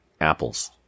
Apples